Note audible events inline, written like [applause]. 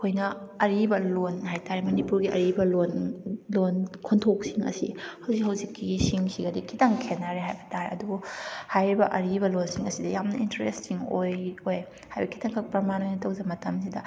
ꯑꯩꯈꯣꯏꯅ ꯑꯔꯤꯕ ꯂꯣꯟ ꯍꯥꯏꯕꯇꯥꯔꯦ ꯃꯅꯤꯄꯨꯔꯒꯤ ꯑꯔꯤꯕ ꯂꯣꯟ ꯂꯣꯟ ꯈꯣꯟꯊꯣꯛꯁꯤꯡ ꯑꯁꯤ ꯍꯧꯖꯤꯛ ꯍꯧꯖꯤꯛꯀꯤ ꯁꯤꯡꯁꯤꯒꯗꯤ ꯈꯤꯇꯪ ꯈꯦꯅꯔꯦ ꯍꯥꯏꯕ ꯇꯥꯔꯦ ꯑꯗꯨꯕꯨ ꯍꯥꯏꯔꯤꯕ ꯑꯔꯤꯕ ꯂꯣꯟꯁꯤꯡ ꯑꯁꯤꯗꯤ ꯌꯥꯝꯅ ꯏꯟꯇꯔꯦꯁꯇꯤꯡ ꯑꯣꯏ [unintelligible] ꯍꯥꯏꯕꯗꯤ ꯈꯤꯇꯪꯈꯛ ꯄ꯭ꯔꯥꯃꯥꯟ ꯑꯣꯏꯅ ꯇꯧꯖꯕ ꯃꯇꯝꯁꯤꯗ